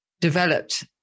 developed